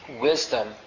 wisdom